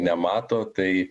nemato tai